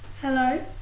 Hello